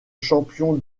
champion